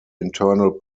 internal